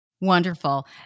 Wonderful